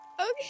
Okay